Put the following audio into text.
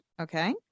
Okay